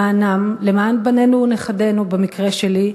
למענם, למען בנינו ונכדינו, במקרה שלי,